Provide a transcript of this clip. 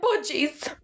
budgies